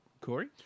Corey